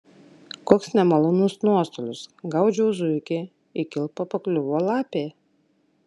koks nemalonus nuostolis gaudžiau zuikį į kilpą pakliuvo lapė